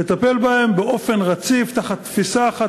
לטפל בהם באופן רציף תחת תפיסה אחת,